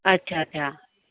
अच्छा अच्छा